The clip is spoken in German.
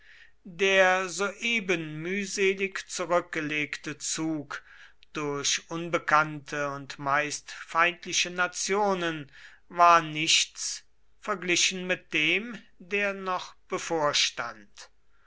der soeben mühselig zurückgelegte zug durch unbekannte und meist feindliche nationen war nichts verglichen mit dem der noch bevorstand